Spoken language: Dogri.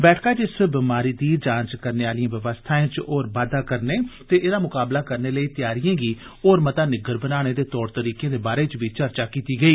बैठका च इस बमारी दी जांच करने आलिएं व्यवस्थाएं च होर बाद्दा करने ते एहदा मुकाबला करने लेई तैयारिएं गी होर मता निग्गर बनाने दे तौर तरीकें दे बारै च बी चर्चा कीती गेई